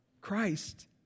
Christ